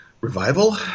revival